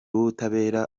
w’ubutabera